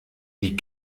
die